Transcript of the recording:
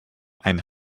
ein